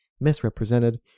misrepresented